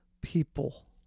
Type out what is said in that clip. people